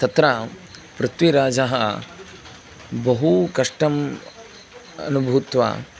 तत्र पृथ्वीराजः बहु कष्टम् अनुभूत्वा